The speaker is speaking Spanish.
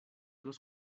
los